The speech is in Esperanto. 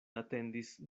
atendis